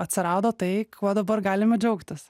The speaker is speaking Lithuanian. atsirado tai kuo dabar galime džiaugtis